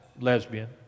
lesbian